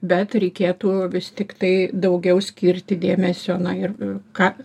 bet reikėtų vis tiktai daugiau skirti dėmesio na ir ką